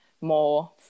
more